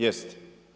Jeste.